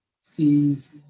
sees